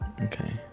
Okay